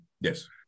Yes